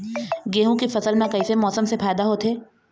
गेहूं के फसल म कइसे मौसम से फायदा होथे?